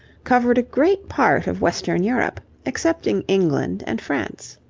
covered a great part of western europe, excepting england and france.